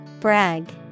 Brag